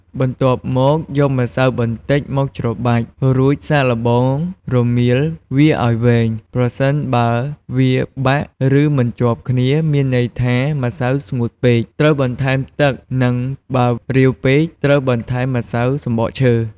បន្ទាប់យកម្សៅបន្តិចមកច្របាច់ រួចសាកល្បងរមៀលវាឱ្យវែង ប្រសិនបើវាបាក់ឬមិនជាប់គ្នា មានន័យថាម្សៅស្ងួតពេក ត្រូវបន្ថែមទឹកនិងបើរាវពេក ត្រូវបន្ថែមម្សៅសំបកឈើ។